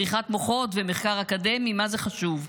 בריחת מוחות ומחקר אקדמי, מה זה חשוב.